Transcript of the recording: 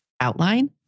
outline